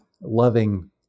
loving